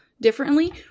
differently